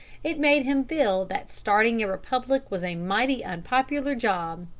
it made him feel that starting a republic was a mighty unpopular job.